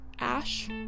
ash